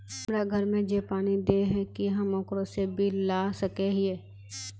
हमरा घर में जे पानी दे है की हम ओकरो से बिल ला सके हिये?